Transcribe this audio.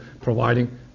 providing